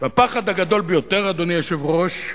הפחד הגדול ביותר, אדוני היושב-ראש,